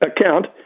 account